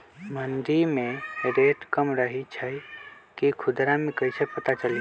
मंडी मे रेट कम रही छई कि खुदरा मे कैसे पता चली?